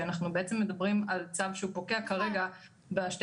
כי אנחנו בעצם מדברים על צו שפוקע כרגע ב-12.9.